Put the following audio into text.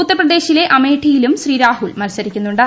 ഉത്തർപ്രദേശിലെ അമേഠിയിലും ശ്രീ രാഹുൽ മത്സരിക്കുന്നുണ്ട്